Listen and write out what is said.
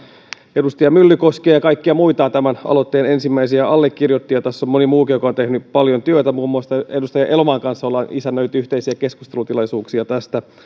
edustaja myllykoskea ja kaikkia muita tämän aloitteen ensimmäisiä allekirjoittajia tässä on moni muukin joka on tehnyt paljon työtä muun muassa edustaja elomaan kanssa olemme isännöineet yhteisiä keskustelutilaisuuksia tästä